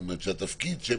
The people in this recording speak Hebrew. זאת אומרת שהתפקיד שהם